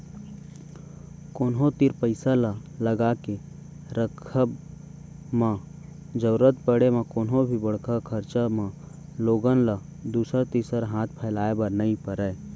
कोनो तीर पइसा ल लगाके रखब म जरुरत पड़े म कोनो भी बड़का खरचा म लोगन ल दूसर तीर हाथ फैलाए बर नइ परय